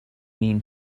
mean